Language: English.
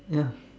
ya